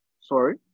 Sorry